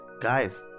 guys